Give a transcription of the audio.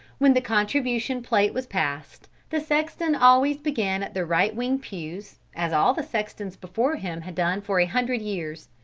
when the contribution plate was passed, the sexton always began at the right-wing pews, as all the sextons before him had done for a hundred years.